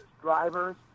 drivers